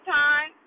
time